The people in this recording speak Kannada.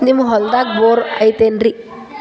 ನಿಮ್ಮ ಹೊಲ್ದಾಗ ಬೋರ್ ಐತೇನ್ರಿ?